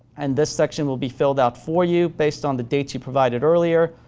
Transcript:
and this section will be filled out for you based on the dates you provided earlier.